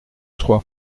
trois